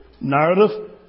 narrative